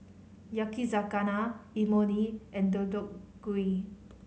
Yakizakana Imoni and Deodeok Gui